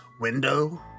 window